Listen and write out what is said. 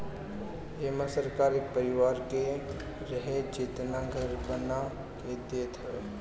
एमे सरकार एक परिवार के रहे जेतना घर बना के देत हवे